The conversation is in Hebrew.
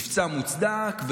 מבצע מוצדק.